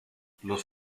los